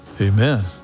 Amen